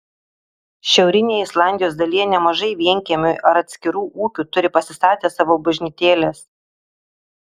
šiaurinėje islandijos dalyje nemažai vienkiemių ar atskirų ūkių turi pasistatę savo bažnytėles